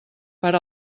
per